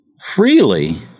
freely